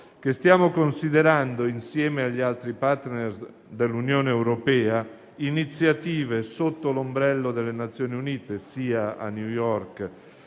che stiamo considerando - insieme agli altri *partner* dell'Unione europea - iniziative sotto l'ombrello delle Nazioni Unite sia a New York